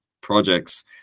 projects